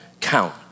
count